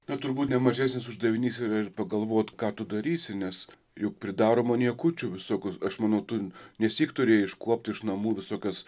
bet turbūt ne mažesnis uždavinys yra ir pagalvot ką tu darysi nes juk pridaroma niekučių visokių aš manau tu nesyk turėjai iškuopt iš namų visokias